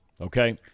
okay